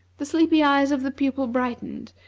the sleepy eyes of the pupil brightened,